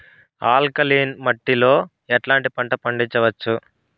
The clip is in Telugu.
ఆల్కలీన్ మట్టి లో ఎట్లాంటి పంట పండించవచ్చు,?